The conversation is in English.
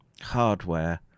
hardware